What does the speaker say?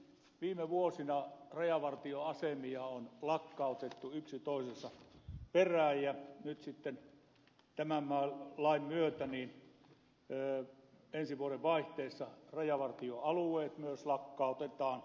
viime vuosina rajavartioasemia on lakkautettu yksi toisensa perään ja nyt sitten tämän lain myötä ensi vuodenvaihteessa myös rajavartioalueet lakkautetaan